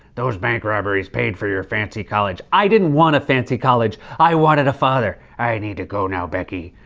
those bank robberies paid for your fancy college. i didn't want a fancy college. i wanted a father. i i need to go now, becky.